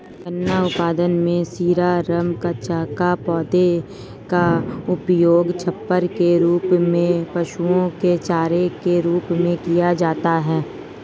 गन्ना उत्पादों में शीरा, रम, कचाका, पौधे का उपयोग छप्पर के रूप में, पशुओं के चारे के रूप में किया जाता है